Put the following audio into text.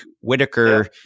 Whitaker